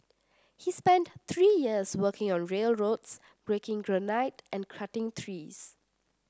he spent three years working on railroads breaking granite and cutting trees